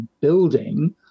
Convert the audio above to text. building